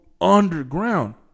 underground